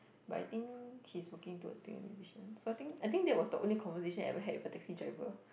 but I think he's working towards being a musician so I think I think that was the only conversation I ever had with a taxi driver